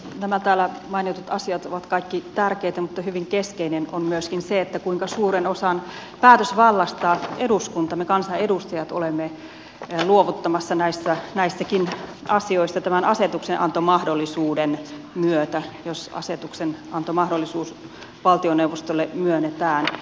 nämä täällä mainitut asiat ovat kaikki tärkeitä mutta hyvin keskeinen on myöskin se kuinka suuren osan päätösvallastaan eduskunta me kansanedustajat olemme luovuttamassa näissäkin asioissa tämän asetuksenantomahdollisuuden myötä jos asetuksenantomahdollisuus valtioneuvostolle myönnetään